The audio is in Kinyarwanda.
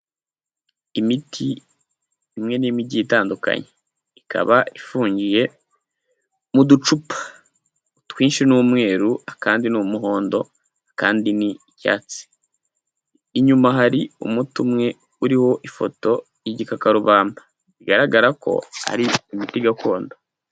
Imiti imwe n'imwe igiye itandukanye ikaba ifungiye mu ducupa, utwinshi ni umweru akandi ni umuhondo akandi ni icyatsi, inyuma hari umuti umwe uriho ifoto y'igikakarubanda bigaragara ko ari imiti gakondo.